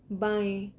बाएं